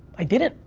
i didn't,